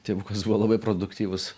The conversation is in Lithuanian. tėvukas buvo labai produktyvus